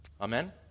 Amen